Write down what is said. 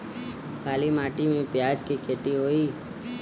काली माटी में प्याज के खेती होई?